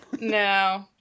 No